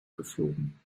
geflogen